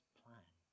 plan